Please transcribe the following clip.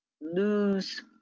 lose